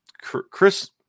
Chris